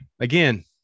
again